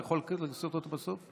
אתה יכול לעשות אותה בסוף?